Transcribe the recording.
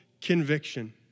conviction